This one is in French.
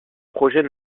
projet